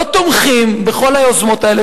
לא תומכים בכל היוזמות האלה,